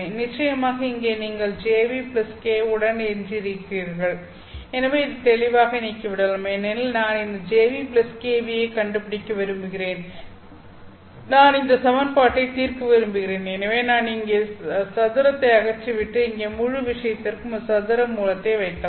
நிச்சயமாக இங்கே நீங்கள் Jν k உடன் எஞ்சியிருக்கிறீர்கள் எனவே இதை தெளிவாக நீக்கிவிடலாம் ஏனெனில் நான் இந்த Jνkν ஐ கண்டுபிடிக்க விரும்புகிறேன் நான் இந்த சமன்பாட்டைத் தீர்க்க விரும்புகிறேன் எனவே நான் இங்கே சதுரத்தை அகற்றிவிட்டு இந்த முழு விஷயத்திற்கும் ஒரு சதுர மூலத்தை வைக்கலாம்